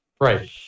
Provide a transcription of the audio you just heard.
Right